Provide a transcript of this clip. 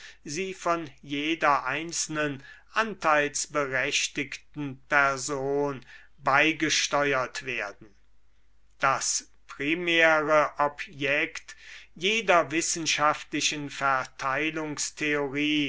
sie von jeder einzelnen anteilsberechtigten person beigesteuert werden das primäre objekt jeder wissenschaftlichen